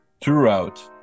throughout